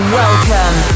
welcome